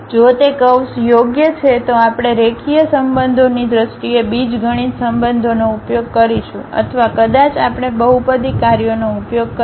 જો તે કર્વ્સ યોગ્ય છે તો આપણે રેખીય સંબંધોની દ્રષ્ટિએ બીજગણિત સંબંધોનો ઉપયોગ કરીશું અથવા કદાચ આપણે બહુપદી કાર્યોનો ઉપયોગ કરીશું